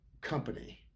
company